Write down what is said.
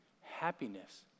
happiness